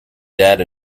dead